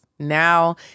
Now